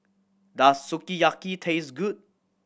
does Sukiyaki taste good